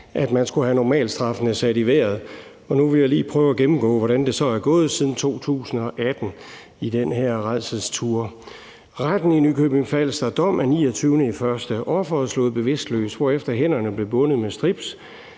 at man skulle have normalstraffene sat i vejret, og nu vil jeg lige prøve at gennemgå, hvordan det så er gået siden 2018 i den her rædselstur. Et eksempel er fra Retten i Nykøbing Falster, dom af 29. januar 2020: Offeret blev slået bevidstløs, hvorefter hænderne blev bundet med strips.